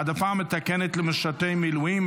העדפה מתקנת למשרתי מילואים),